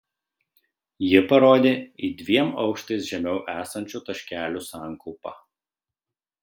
ji parodė į dviem aukštais žemiau esančių taškelių sankaupą